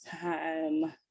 time